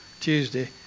Tuesday